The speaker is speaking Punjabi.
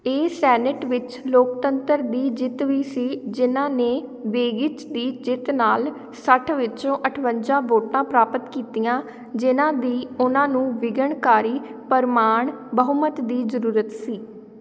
ਇਹ ਸੈਨੇਟ ਵਿੱਚ ਲੋਕਤੰਤਰ ਦੀ ਜਿੱਤ ਵੀ ਸੀ ਜਿਹਨਾਂ ਨੇ ਬੇਗਿਚ ਦੀ ਜਿੱਤ ਨਾਲ ਸੱਠ ਵਿੱਚੋਂ ਅੱਠਵੰਜਾਂ ਵੋਟਾਂ ਪ੍ਰਾਪਤ ਕੀਤੀਆਂ ਜਿਨ੍ਹਾਂ ਦੀ ਉਹਨਾਂ ਨੂੰ ਵਿਘਨਕਾਰੀ ਪਰਿਮਾਣ ਬਹੁਮਤ ਦੀ ਜ਼ਰੂਰਤ ਸੀ